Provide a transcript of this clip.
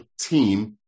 team